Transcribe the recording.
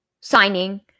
signing